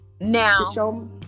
Now